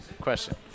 Question